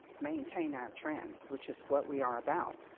maintain our trends, which is what we are about,